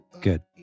Good